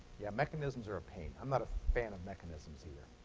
yeah, mechanisms are a pain. i'm not a fan of mechanisms either.